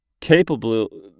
capable